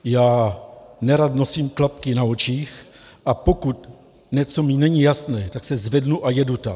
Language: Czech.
Já nerad nosím klapky na očích, a pokud mi něco není jasné, tak se zvednu a jedu tam.